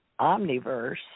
omniverse